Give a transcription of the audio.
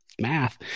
Math